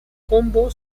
combo